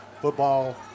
Football